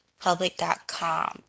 public.com